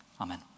Amen